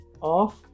off